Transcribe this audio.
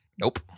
Nope